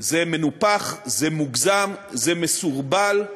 זה מנופח, זה מוגזם, זה מסורבל.